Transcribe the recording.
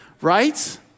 Right